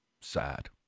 Sad